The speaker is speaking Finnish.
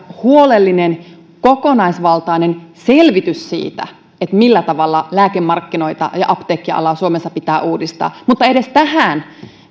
huolellinen kokonaisvaltainen selvitys siitä millä tavalla lääkemarkkinoita ja apteekkialaa suomessa pitää uudistaa mutta edes tähän